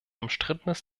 umstrittenes